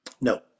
No